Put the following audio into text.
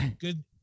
good